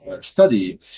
study